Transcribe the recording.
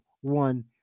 one